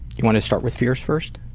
you want to start with fears first?